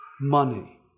money